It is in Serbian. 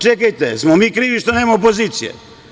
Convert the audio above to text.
Čekajte, jesmo li mi krivi što nema opozicije?